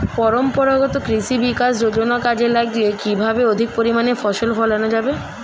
পরম্পরাগত কৃষি বিকাশ যোজনা কাজে লাগিয়ে কিভাবে অধিক পরিমাণে ফসল ফলানো যাবে?